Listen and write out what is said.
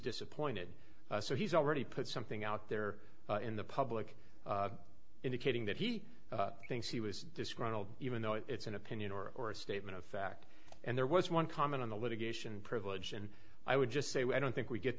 disappointed so he's already put something out there in the public indicating that he thinks he was disgruntled even though it's an opinion or or a statement of fact and there was one comment on the litigation privilege and i would just say i don't think we get